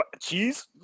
cheese